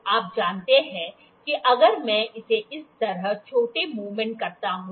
तो आप जानते हैं कि अगर मैं इसे इस तरह छोटा मूवमेंट करता हूं